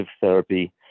therapy